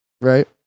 right